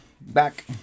back